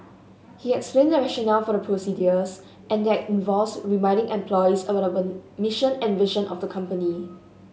he explains the rationale for the procedures and that involves reminding employees about mission and vision of the company